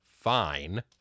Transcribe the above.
fine